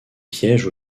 piège